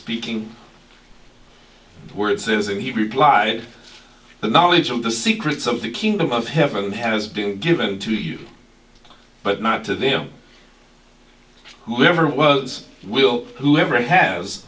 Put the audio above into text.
speaking where it says that he replied the knowledge of the secrets of the kingdom of heaven has been given to you but not to them whoever was will whoever has